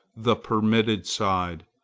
the permitted side,